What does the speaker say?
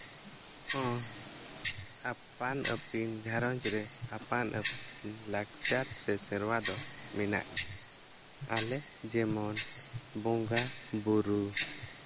ᱦᱚᱸ ᱟᱯᱟᱱᱼᱟᱹᱯᱤᱱ ᱜᱷᱟᱸᱨᱚᱡᱽ ᱨᱮ ᱟᱯᱟᱱᱼᱟᱹᱯᱤᱱ ᱞᱟᱠᱪᱟᱨ ᱥᱮ ᱥᱮᱨᱣᱟ ᱫᱚ ᱢᱮᱱᱟᱜ ᱜᱮᱭᱟ ᱟᱞᱮ ᱡᱮᱢᱚᱱ ᱵᱚᱸᱜᱟᱼᱵᱳᱨᱳ